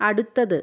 അടുത്തത്